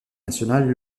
nationale